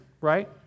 right